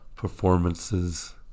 performances